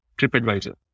TripAdvisor